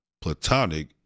Platonic